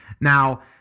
now